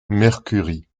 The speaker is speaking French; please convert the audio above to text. mercury